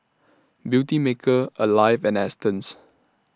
Beautymaker Alive and Astons